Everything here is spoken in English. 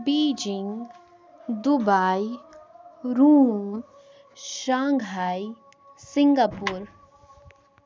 Beijing Dubai Rome Shanghai Singapore